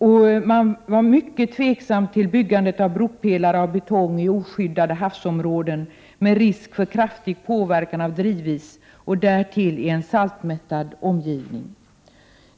Verket var mycket tveksamt till byggande av bropelare av betong i oskyddade havsområden med risk för kraftig påverkan av drivis och därtill i en saltmättad omgivning.